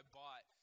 bought